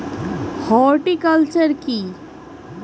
Horticulture কি?